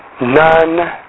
none